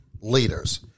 leaders